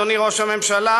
אדוני ראש הממשלה,